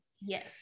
yes